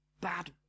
bad